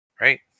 Right